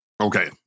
Okay